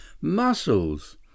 Muscles